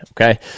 Okay